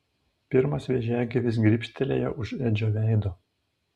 pirmas vėžiagyvis grybštelėjo už edžio veido